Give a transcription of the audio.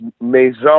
Maison